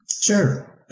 Sure